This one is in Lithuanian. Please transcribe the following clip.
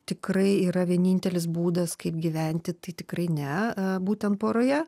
tikrai yra vienintelis būdas kaip gyventi tai tikrai ne būtent poroje